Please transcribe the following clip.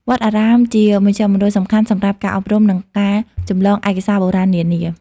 វត្តអារាមជាមជ្ឈមណ្ឌលសំខាន់សម្រាប់ការអប់រំ និងការចម្លងឯកសារបុរាណនានា។